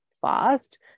fast